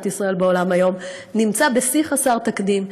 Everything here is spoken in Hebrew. ישראל בעולם היום נמצא בשיא חסר תקדים,